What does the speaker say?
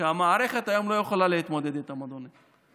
שהמערכת היום לא יכולה להתמודד איתן, אדוני.